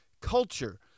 culture